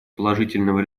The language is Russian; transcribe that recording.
положительного